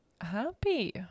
happy